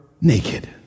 naked